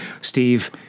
Steve